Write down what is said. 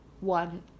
one